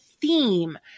theme